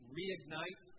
reignite